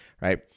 right